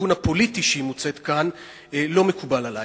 ובכיוון הפוליטי שהיא מוצעת כאן לא מקובל עלי.